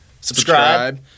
Subscribe